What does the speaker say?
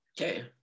Okay